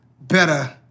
better